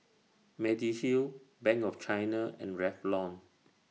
Mediheal Bank of China and Revlon